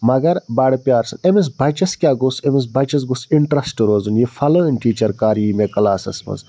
مگر بَڈٕ پیارٕ سٍتۍ أمِس بَچَس کیٛاہ گوٚژھ أمِس بَچَس گوٚژھ اِنٹرٛسٹہٕ روزُن یہِ فلٲنۍ ٹیٖچَر کٔر ییہِ مےٚ کلاسَس منٛز